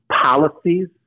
Policies